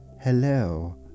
Hello